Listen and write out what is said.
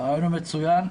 הרעיון הוא מצוין.